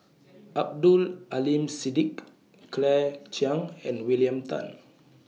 Abdul Aleem Siddique Claire Chiang and William Tan